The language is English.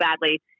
badly